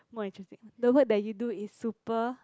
more interesting the work that you do is super